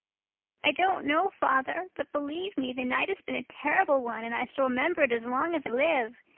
i don't know, father, but believe me, the night has been a terrible one and i shall remember it as long as i live.